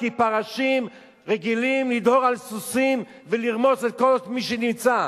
כי פרשים רגילים לדהור על סוסים ולרמוס את כל מי שנמצא,